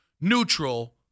neutral